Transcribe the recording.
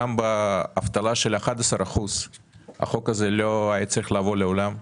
גם באבטלה של 11% החוק הזה לא היה צריך לבוא לעולם.